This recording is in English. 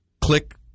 click